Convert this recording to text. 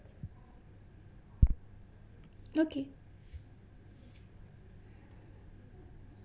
okay